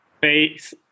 Face